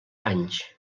anys